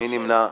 מי נמנע?